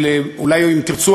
או אולי אם תרצו,